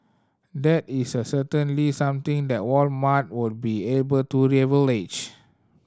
that is a certainly something that Walmart would be able to leverage